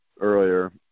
earlier